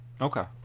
Okay